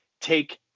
take